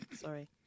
sorry